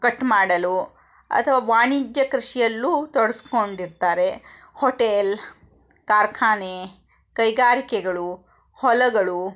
cut ಮಾಡಲು ಅಥವಾ ವಾಣಿಜ್ಯ ಕೃಷಿಯಲ್ಲೂ ತೊಡಸ್ಕೊಂಡಿರ್ತಾರೆ ಹೊಟೇಲ್ ಕಾರ್ಖಾನೆ ಕೈಗಾರಿಕೆಗಳು ಹೊಲಗಳು